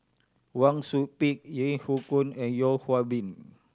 Wang Sui Pick Yeo Hoe Koon and Yeo Hwee Bin